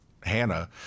Hannah